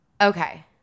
Okay